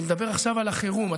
אני מדבר עכשיו על החירום.